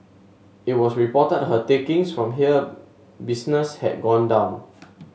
it was reported her takings from here business had gone down